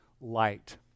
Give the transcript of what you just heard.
light